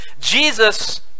Jesus